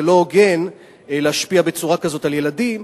לא הוגן להשפיע בצורה כזאת על ילדים.